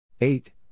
Eight